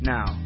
Now